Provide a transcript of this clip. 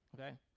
okay